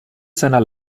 seiner